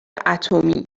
اتمی